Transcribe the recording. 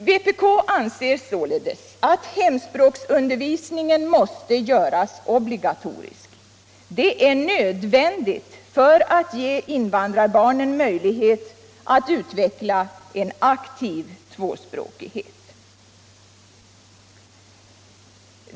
Vpk anser således att hemspråksundervisningen måste göras obligatorisk. Det är nödvändigt för att ge invandrarbarnen möjlighet att utveckla en aktiv tvåspråkighet.